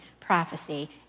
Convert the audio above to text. prophecy